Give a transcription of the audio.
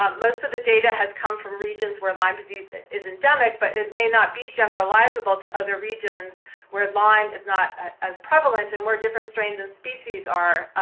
most of the data has come from regions where lyme disease is endemic, but it may not be generalizable to other regions where lyme is not as prevalent and where different strains and species are.